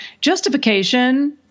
justification